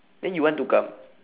then you want to come